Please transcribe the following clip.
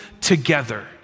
together